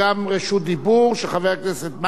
חבר הכנסת בן-ארי, האם אתה רוצה לדבר?